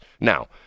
Now